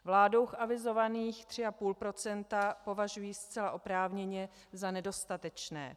Vládou avizovaných 3,5 % považují zcela oprávněně za nedostatečné.